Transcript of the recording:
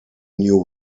new